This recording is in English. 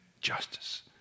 justice